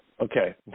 Okay